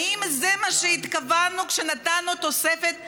האם זה מה שהתכוונו כשנתנו תוספת לנכים?